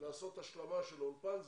לעשות השלמה של האולפן.